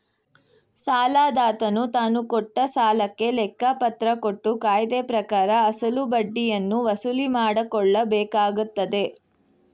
ಸಾಲದಾತನು ತಾನುಕೊಟ್ಟ ಸಾಲಕ್ಕೆ ಲೆಕ್ಕಪತ್ರ ಕೊಟ್ಟು ಕಾಯ್ದೆಪ್ರಕಾರ ಅಸಲು ಬಡ್ಡಿಯನ್ನು ವಸೂಲಿಮಾಡಕೊಳ್ಳಬೇಕಾಗತ್ತದೆ